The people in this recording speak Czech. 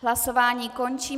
Hlasování končím.